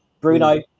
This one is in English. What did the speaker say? Bruno